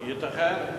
ייתכן.